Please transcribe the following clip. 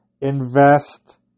invest